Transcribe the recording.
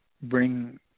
bring